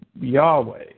Yahweh